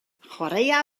chwaraea